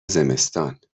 زمستان